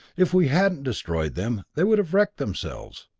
if we hadn't destroyed them, they would have wrecked themselves.